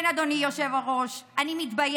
כן, אדוני היושב-ראש, אני מתביישת,